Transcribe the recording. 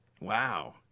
Wow